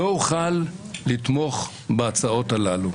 לא אוכל לתמוך בהצעות הללו.